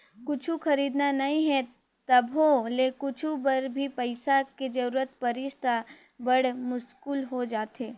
कुछु खरीदना नइ हे तभो ले कुछु बर भी पइसा के जरूरत परिस त बड़ मुस्कुल हो जाथे